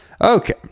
Okay